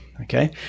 Okay